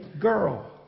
girl